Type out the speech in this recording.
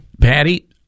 Patty